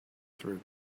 through